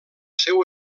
seu